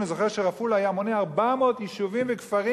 אני זוכר שרפול היה מונה 400 יישובים וכפרים